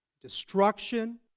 destruction